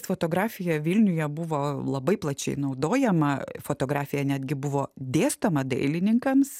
fotografija vilniuje buvo labai plačiai naudojama fotografija netgi buvo dėstoma dailininkams